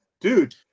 Dude